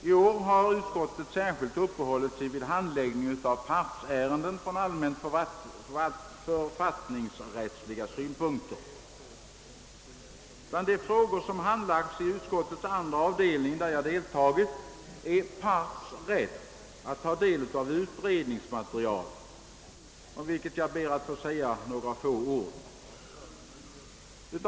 I år har utskottet särskilt uppehållit sig vid handläggning av partsärenden från allmän författningsrättsliga synpunkter. Bland de frågor som handlagts i utskottets andra avdelning, där jag deltagit i arbetet, är parts rätt att ta del av utredningsmaterial, om vilket jag ber att få säga några få ord.